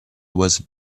was